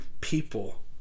people